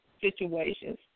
situations